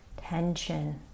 tension